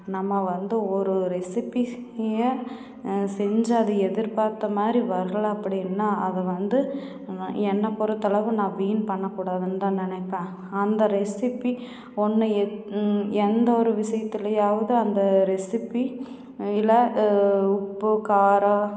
நம்ம வந்து ஒரு ரெசிபி செய்ய செஞ்சு அது எதிர்பார்த்த மாதிரி வரலை அப்படின்னா அதை வந்து என்னப் பொருத்தளவு நான் வீண் பண்ணக்கூடாதுன்னு தான் நினைப்பேன் அந்த ரெசிபி ஒன்று எ எந்த ஒரு விசியத்திலியாவது அந்த ரெசிபி இல்லை உப்பு காரம்